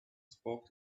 spoke